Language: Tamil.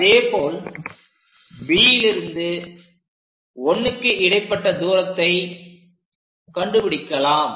அதேபோல் Bலிருந்து 1க்கு இடைப்பட்ட தூரத்தை கண்டுபிடிக்கலாம்